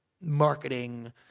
marketing